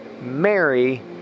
Mary